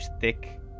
thick